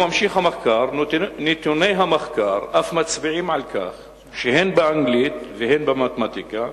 וממשיך המחקר: נתוני המחקר אף מצביעים על כך שהן באנגלית והן במתמטיקה